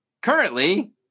currently